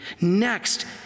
Next